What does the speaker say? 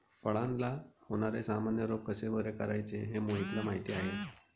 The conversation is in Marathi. फळांला होणारे सामान्य रोग कसे बरे करायचे हे मोहितला माहीती आहे